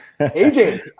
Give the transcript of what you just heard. AJ